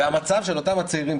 מצבם של אותם צעירים,